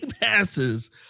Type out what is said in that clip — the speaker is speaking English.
passes